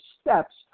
steps